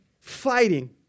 fighting